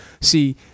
see